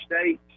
states